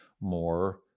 more